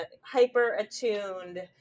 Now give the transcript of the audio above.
hyper-attuned